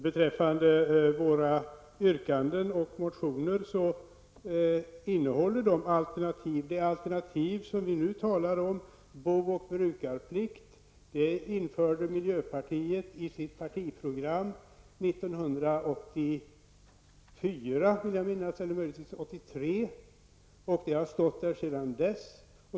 Beträffande våra yrkanden och motioner innehåller dessa det alternativ som vi nu talar om. Bo och brukarplikt införde miljöpartiet i sitt partiprogram 1984, eller om det möjligtvis var 1983. Detta krav har funnits med sedan dess.